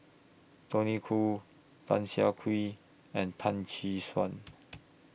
Tony Khoo Tan Siah Kwee and Tan Tee Suan